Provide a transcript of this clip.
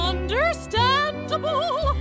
Understandable